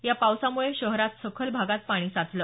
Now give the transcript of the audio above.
या पावसामुळे शहरात सखल भागात पाणी साचलं